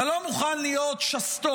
אתה לא מוכן להיות שסתום,